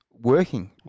working